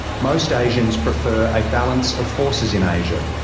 most asians prefer a balance of forces in asia,